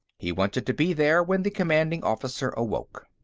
he wanted to be there when the commanding officer awoke.